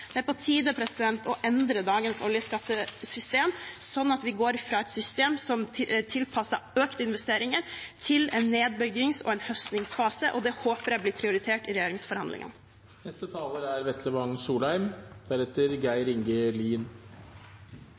Det er på tide å endre dagens oljeskattesystem, slik at vi går fra et system som tilpasser økte investeringer, til en nedbyggings- og høstingsfase. Det håper jeg blir prioritert i regjeringsforhandlingene.